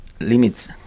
limits